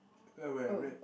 when I read